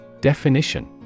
Definition